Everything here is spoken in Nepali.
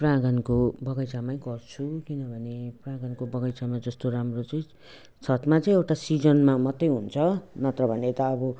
प्राङ्गणको बगैँचामै गर्छु किनभने प्राङ्गणको बगैँचामा जस्तो राम्रो चाहिँ छतमा चाहिँ एउटा सिजनमा मात्रै हुन्छ नत्र भने त अब